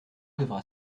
devra